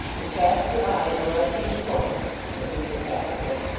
and cast your eye on the right-hand corner said mr tappertit,